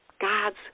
God's